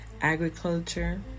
agriculture